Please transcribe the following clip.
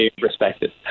respected